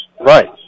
Right